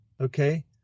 okay